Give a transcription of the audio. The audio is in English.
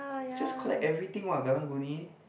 just collect everything what Karang-Guni